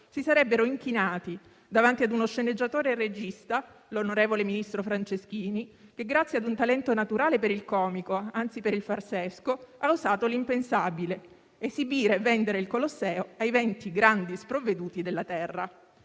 si sarebbero inchinati davanti a uno sceneggiatore e regista, l'onorevole ministro Franceschini, che, grazie a un talento naturale per il comico, anzi per il farsesco, ha osato l'impensabile: esibire e vendere il Colosseo ai venti grandi sprovveduti della terra.